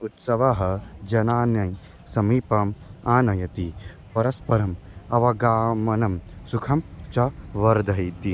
उत्सवः जनान् समीपम् आनयति परस्परम् अवगमनं सुखं च वर्धयति